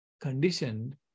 conditioned